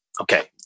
Okay